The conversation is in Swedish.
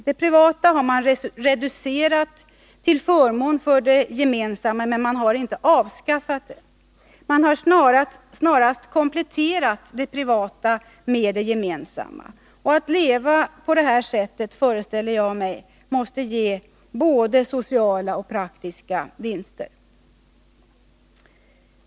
Det privata har man reducerat till förmån för det gemensamma men inte avskaffat det. Man har snarast kompletterat det privata med det gemensamma. Att leva på detta sätt, föreställer jag mig, måste ge både sociala och praktiska vinster.